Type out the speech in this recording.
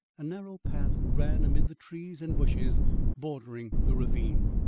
a narrow path ran amid the trees and bushes bordering the ravine.